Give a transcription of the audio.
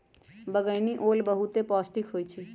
बइगनि ओल बहुते पौष्टिक होइ छइ